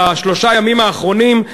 בשלושת הימים האחרונים,